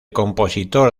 compositor